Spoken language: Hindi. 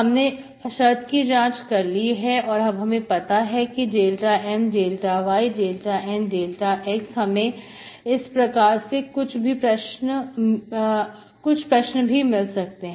हमने शर्त की जांच कर ली और अब हमें पता है कि ∂M∂y∂N∂x हमें इस प्रकार के कुछ प्रश्न भी मिल सकते हैं